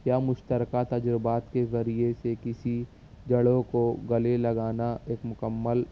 یا مشترکہ تجربات کے ذریعے سے کسی جڑوں کو گلے لگانا ایک مکمل